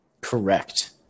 Correct